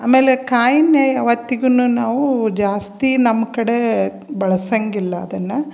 ಆಮೇಲೆ ಕಾಯಿಯನ್ನೇ ಯಾವತ್ತಿಗೂನು ನಾವು ಜಾಸ್ತಿ ನಮ್ಮ ಕಡೆ ಬಳ್ಸಂಗಿಲ್ಲ ಅದನ್ನು